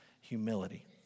humility